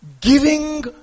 giving